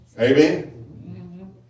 Amen